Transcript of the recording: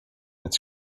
its